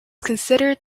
considered